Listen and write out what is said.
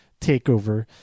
TakeOver